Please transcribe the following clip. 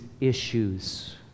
issues